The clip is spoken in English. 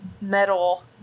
metal